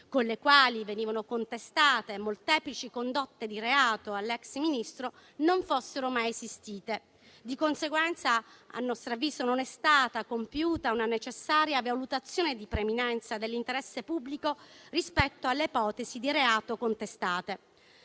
con le quali venivano contestate molteplici condotte di reato all'ex Ministro, non fossero mai esistite. Di conseguenza, a nostro avviso, non è stata compiuta una necessaria valutazione di preminenza dell'interesse pubblico rispetto alle ipotesi di reato contestate.